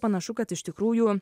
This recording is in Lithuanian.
panašu kad iš tikrųjų